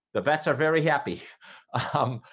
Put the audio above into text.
the vets are very happy um,